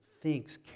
thinks